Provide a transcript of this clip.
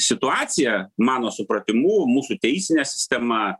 situacija mano supratimu mūsų teisinė sistema